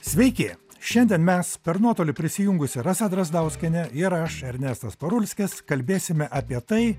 sveiki šiandien mes per nuotolį prisijungusi rasa drazdauskienė ir aš ernestas parulskis kalbėsime apie tai